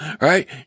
right